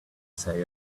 say